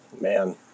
Man